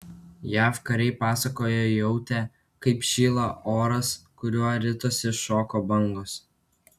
jav kariai pasakojo jautę kaip šyla oras kuriuo ritosi šoko bangos